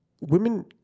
women